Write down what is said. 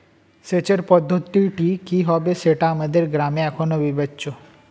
সেচের পদ্ধতিটি কি হবে সেটা আমাদের গ্রামে এখনো বিবেচ্য